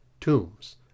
tombs